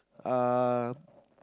um